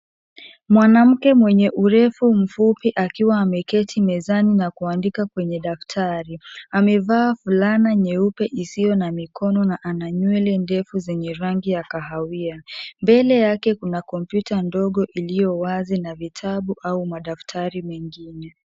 Mwanamke mwenye urefu mfupi akiwa ameketi mezani na kuandika kwenye daftari. Amevaa fulana nyeupe isiyo na mikono na ana nywele ndefu zenye rangi ya kahawia. Mbele yake kuna kompyuta ndogo iliyo wazi na vitabu au madaftari mengine.